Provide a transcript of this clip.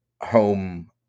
home